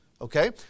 okay